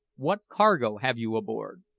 what cargo have you aboard?